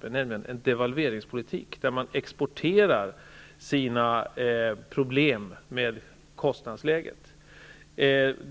drev, nämligen en devalveringspolitik, där man exporterar sina problem med det inhemska kostnadsläget.